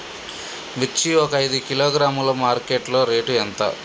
మిర్చి ఒక ఐదు కిలోగ్రాముల మార్కెట్ లో రేటు ఎంత?